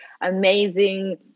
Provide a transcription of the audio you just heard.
amazing